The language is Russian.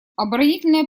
оборонительная